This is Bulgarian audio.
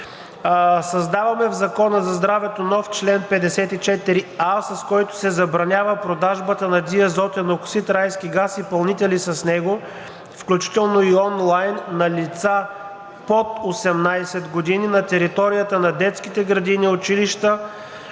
Създаваме в Закона за здравето нов чл. 54а, с който се забранява продажбата на диазотен оксид – райски газ и пълнители с него, включително и онлайн, на лица под 18 години на територията на детските градини, училищата,